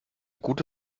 gute